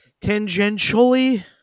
tangentially